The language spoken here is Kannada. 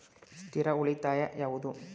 ಸ್ಥಿರ ಉಳಿತಾಯ ಯಾವುದು?